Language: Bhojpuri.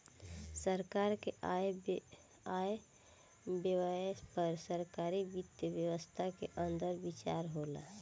सरकार के आय व्यय पर सरकारी वित्त व्यवस्था के अंदर विचार होला